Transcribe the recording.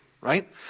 right